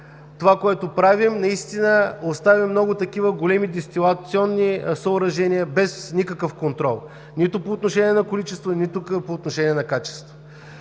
онова, което правим, оставим големи дестилационни съоръжения без никакъв контрол – нито по отношение на количеството, нито по отношение на качеството.